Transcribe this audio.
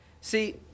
See